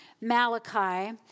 Malachi